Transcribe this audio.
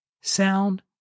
sound